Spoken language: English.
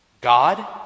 God